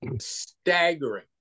staggering